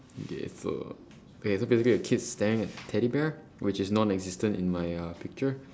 okay so okay so okay the kid's staring at teddy bear which is non existent in my uh picture